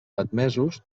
admesos